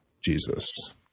Jesus